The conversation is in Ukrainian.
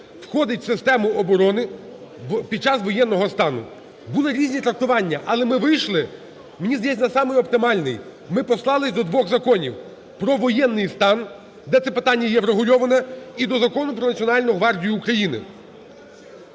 входить в систему оборони під час воєнного стану. Були різні трактування, але ми вийшли, мені здається, на самий оптимальний – ми послались до двох законів: про воєнний стан, де це питання є врегульоване, і до Закону "Про Національну гвардію України".